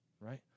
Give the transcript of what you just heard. right